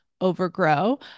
overgrow